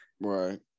right